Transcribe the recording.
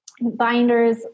binders